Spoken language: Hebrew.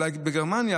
אולי בגרמניה,